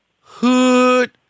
hood